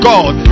God